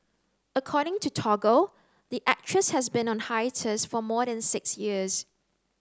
according to Toggle the actress has been on a hiatus for more than six years